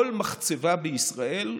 כל מחצבה בישראל,